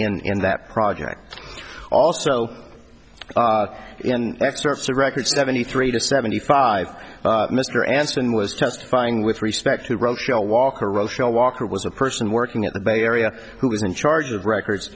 role in that project also in excerpts the record seventy three to seventy five mr anson was testifying with respect to rochelle walker rochelle walker was a person working at the bay area who was in charge of records